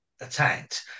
attacked